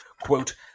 quote